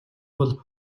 бол